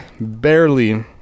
barely